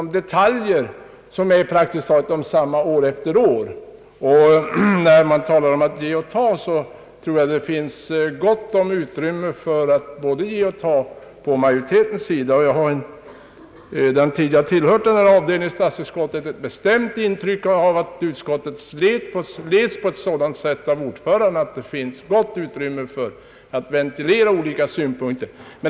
i detaljer som är praktiskt taget densamma år efter år. Jag tror det finns gott utrymme för att ge och ta ifrån majoritetens sida. Under den tid jag har tillhört denna avdelning har jag haft ett bestämt intryck av att ordföranden leder utskottet på ett sådant sätt att det finns goda möjligheter att ventilera olika synpunkter.